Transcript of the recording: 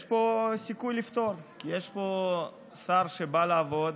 יש סיכוי לפתור, כי יש פה שר שבא לעבוד,